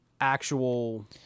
actual